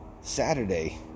Saturday